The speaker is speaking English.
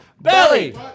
Belly